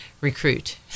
recruit